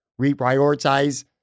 reprioritize